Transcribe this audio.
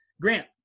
Grant